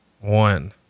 One